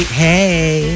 hey